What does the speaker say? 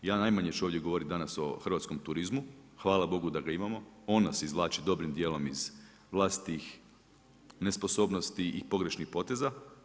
Ja ću najmanje ovdje govoriti danas o hrvatskom turizmu, hvala Bogu da ga imamo, on nas izvlači dobrim dijelom iz vlastitih nesposobnosti i pogrešnih poteza.